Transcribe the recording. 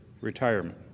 retirement